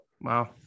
wow